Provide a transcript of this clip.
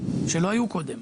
שלא היו קודם,